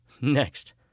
Next